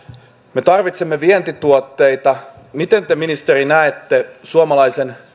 me tarvitsemme vientituotteita miten te te ministeri näette suomalaisen